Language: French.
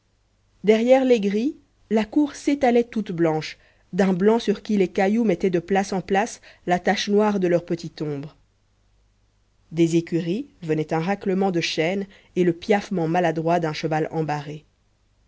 derrière les grilles la cour s'étalait toute blanche d'un blanc sur qui les cailloux mettaient de place en place la tache noire de leur petite ombre des écuries venait un raclement de chaînes et le piaffement maladroit d'un cheval embarré